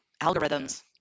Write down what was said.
Algorithms